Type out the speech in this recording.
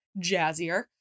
jazzier